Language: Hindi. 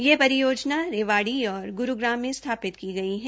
यह परियोजना रेवाड़ी और ग्रूग्राम में स्थापित की गई है